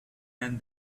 hand